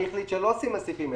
מי החליט שלא עושים בסעיפים אלה?